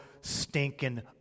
stinking